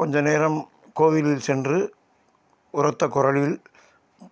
கொஞ்ச நேரம் கோவிலில் சென்று உரத்த குரலில்